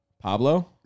Pablo